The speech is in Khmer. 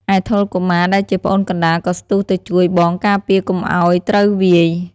ឯថុល កុមារ ដែលជាប្អូនកណ្ដាលក៏ស្ទុះទៅជួយបងការពារកុំឱ្យត្រូវវាយ។